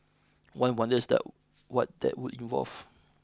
one wonders that what that would involve